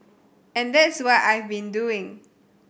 and that's what I've been doing